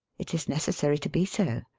it is necessary to be so.